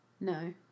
No